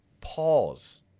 Pause